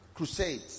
crusades